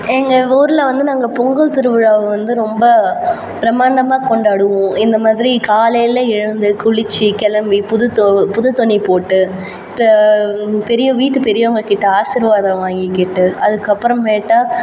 எங்கள் ஊரில் வந்து நாங்கள் பொங்கல் திருவிழாவை வந்து ரொம்ப பிரமாண்டமாக கொண்டாடுவோம் இந்த மாதிரி காலையில் எழுந்து குளித்து கிளம்பி புது து புது துணி போட்டு க பெரிய வீட்டு பெரியவங்கக்கிட்ட ஆசிர்வாதம் வாங்கிக்கிட்டு அதுக்கு அப்புறம் மேட்டா